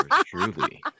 truly